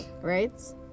right